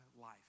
life